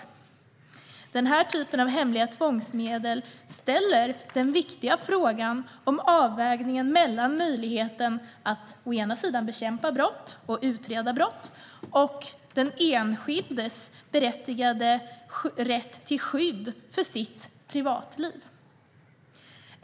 När det gäller denna typ av hemliga tvångsmedel ställer vi den viktiga frågan om avvägningen mellan möjligheten att bekämpa och utreda brott och den enskildes rätt till skydd för sitt privatliv.